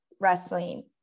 wrestling